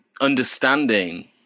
understanding